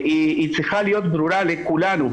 שצריכה להיות ברורה לכולנו,